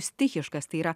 stichiškas tai yra